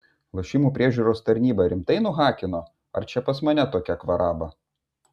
lošimų priežiūros tarnybą rimtai nuhakino ar čia pas mane kokia kvaraba